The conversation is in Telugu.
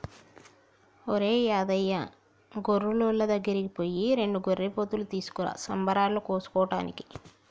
ఒరేయ్ యాదయ్య గొర్రులోళ్ళ దగ్గరికి పోయి రెండు గొర్రెపోతులు తీసుకురా సంబరాలలో కోసుకోటానికి